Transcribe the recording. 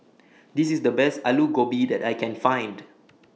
This IS The Best Aloo Gobi that I Can Find